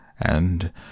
And